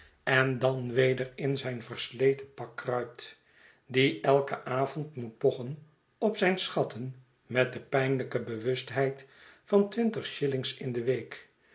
en dan weder in zijn versleten pak kruipt die elken avond moet pochen op zijne schatten met de pijnlijke bewustheid van twintig shillings in de week